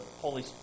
holy